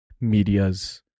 medias